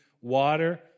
water